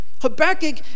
Habakkuk